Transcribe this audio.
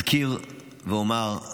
אזכיר ואומר: